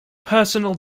personal